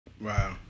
Wow